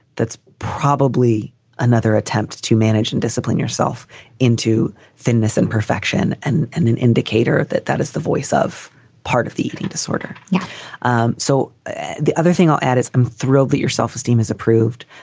that's probably another attempt to manage and discipline yourself into thinness and perfection and an an indicator that that is the voice of part of the eating disorder. yeah um so the other thing i'll add is i'm thrilled that your self-esteem is approved.